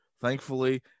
Thankfully